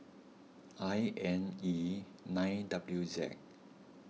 I N E nine W Z